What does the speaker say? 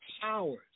powers